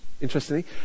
interestingly